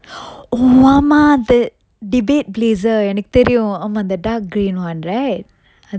ஓவாமா:ovama that debate blazer எனக்கு தெரியும் ஆமா அந்த:enakku theriyum aama antha dark grey [one] right